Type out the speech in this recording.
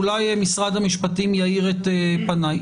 ואולי משרד המשפטים יאיר את עיני.